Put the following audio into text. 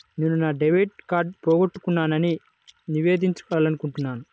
నేను నా డెబిట్ కార్డ్ని పోగొట్టుకున్నాని నివేదించాలనుకుంటున్నాను